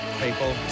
people